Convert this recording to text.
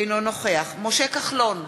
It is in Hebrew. אינו נוכח משה כחלון,